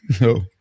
No